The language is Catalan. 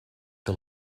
que